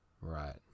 Right